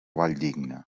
valldigna